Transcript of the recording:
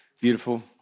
Beautiful